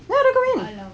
dah dah kahwin